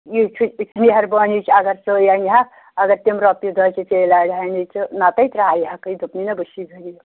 یہِ چھُ مہربٲنی چھِ اگر ژٕ اگر تِم رۄپیہِ دَہ ژے لارِہَنَے ژٕ نَتَے ترٛایہِ ہَکٕے دوٚپمَے نا بہٕ چھِسَے غریٖب